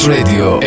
Radio